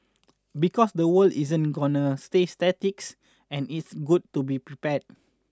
because the world isn't gonna stay statics and it's good to be prepared